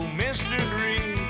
mystery